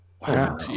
Wow